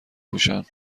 پوشن